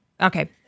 Okay